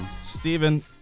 Stephen